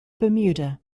bermuda